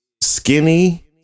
skinny